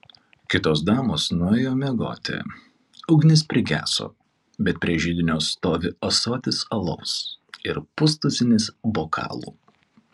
kitos damos nuėjo miegoti ugnis prigeso bet prie židinio stovi ąsotis alaus ir pustuzinis bokalų